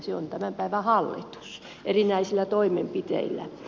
se on tämän päivän hallitus erinäisillä toimenpiteillään